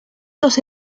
los